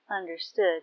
understood